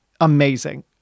amazing